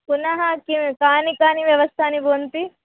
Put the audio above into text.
पुनः किं काः काः व्यवस्थाः भवन्ति